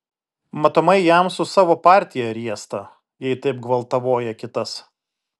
matomai jam su savo partija riesta jei taip gvaltavoja kitas